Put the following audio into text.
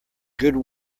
good